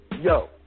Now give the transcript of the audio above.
yo